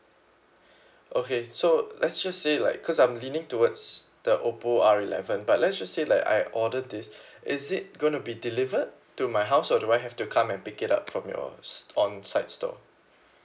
okay so let's just say like cause I'm leaning towards the oppo R eleven but let's just say like I order this is it gonna be delivered to my house or do I have to come and pick it up from your onsite store